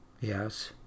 Yes